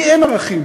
לי אין ערכים,